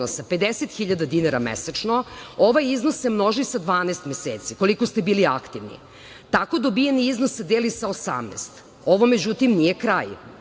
hiljada dinara mesečno, ovaj iznose se množi sa 12 meseci, koliko ste bili aktivni. Tako dobijeni iznose se deli sa 18. Ovo, međutim, nije kraj,